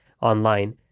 online